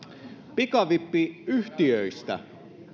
pikavippiyhtiöistä